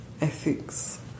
ethics